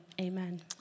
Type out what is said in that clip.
amen